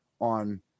on